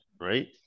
right